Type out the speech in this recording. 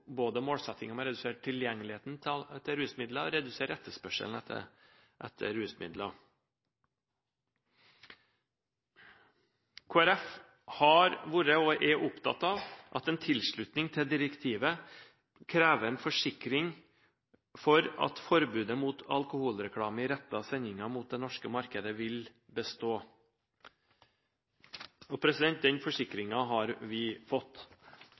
til rusmidler og redusert etterspørsel etter rusmidler. Kristelig Folkeparti har vært og er opptatt av at en tilslutning til direktivet krever en forsikring om at forbudet mot alkoholreklame i rettede sendinger mot det norske markedet vil bestå. Den forsikringen har vi fått.